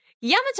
Yamato